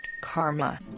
karma